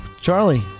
Charlie